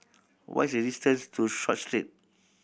what is the distance to Short Street